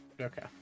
Okay